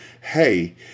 hey